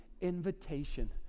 invitation